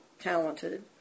talented